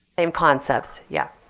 same concepts, yeah.